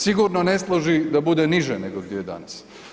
Sigurno ne služi da bude niže nego gdje je danas.